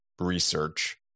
research